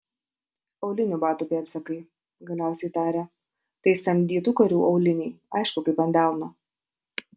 aulinių batų pėdsakai galiausiai tarė tai samdytų karių auliniai aišku kaip ant delno